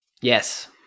Yes